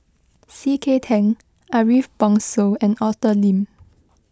C K Tang Ariff Bongso and Arthur Lim